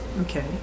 okay